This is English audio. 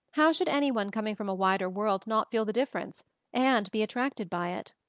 how should any one coming from a wider world not feel the difference and be attracted by it?